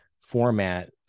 format